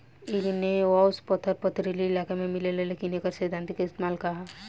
Igneous पत्थर पथरीली इलाका में मिलेला लेकिन एकर सैद्धांतिक इस्तेमाल का ह?